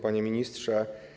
Panie Ministrze!